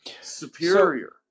superior